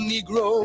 Negro